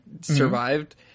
survived